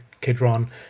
Kidron